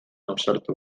ausartu